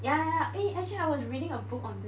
ya eh actually I was reading a book on this